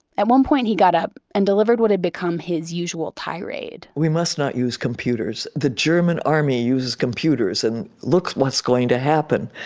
at one point he got up and delivered what had become his usual tirade we must not use computers, the german army uses computers and look what's going to happen.